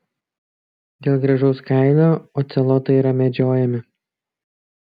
dėl gražaus kailio ocelotai yra medžiojami